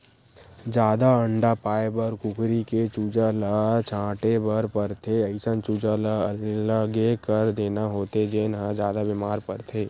जादा अंडा पाए बर कुकरी के चूजा ल छांटे बर परथे, अइसन चूजा ल अलगे कर देना होथे जेन ह जादा बेमार परथे